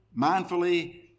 mindfully